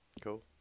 Cool